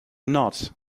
not